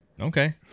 okay